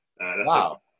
Wow